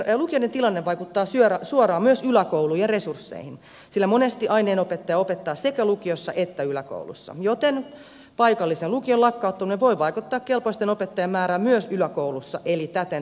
lukioiden tilanne vaikuttaa suoraan myös yläkoulujen resursseihin sillä monesti aineenopettaja opettaa sekä lukiossa että yläkoulussa joten paikallisen lukion lakkauttaminen voi vaikuttaa kelpoisten opettajien määrään myös yläkoulussa eli täten peruskoulutuksen laatuun